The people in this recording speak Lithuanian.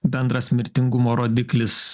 bendras mirtingumo rodiklis